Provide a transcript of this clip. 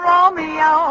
Romeo